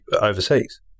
overseas